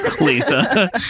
lisa